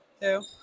Two